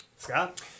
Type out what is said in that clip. Scott